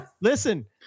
listen